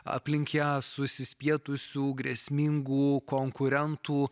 aplink ją susispietusių grėsmingų konkurentų